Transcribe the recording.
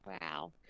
Wow